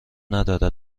ندارد